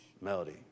Melody